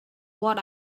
what